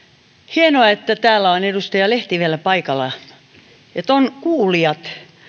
hienoa että täällä on edustaja lehti vielä paikalla että on kuulija